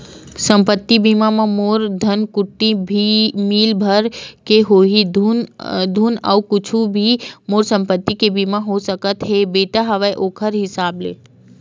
संपत्ति बीमा म मोर धनकुट्टी मील भर के होही धुन अउ कुछु भी मोर संपत्ति के बीमा हो सकत हे बेटा हवय ओखर हिसाब ले?